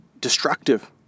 destructive